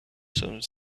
some